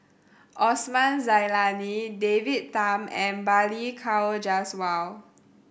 Osman Zailani David Tham and Balli Kaur Jaswal